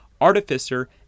Artificer